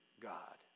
god